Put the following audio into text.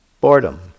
boredom